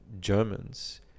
Germans